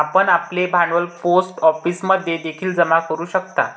आपण आपले भांडवल पोस्ट ऑफिसमध्ये देखील जमा करू शकता